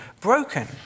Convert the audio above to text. broken